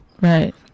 Right